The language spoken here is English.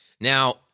Now